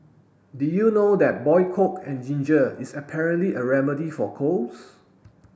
did you know that boil coke and ginger is apparently a remedy for colds